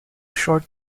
short